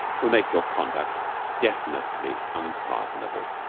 will make your conduct definitely unpardonable.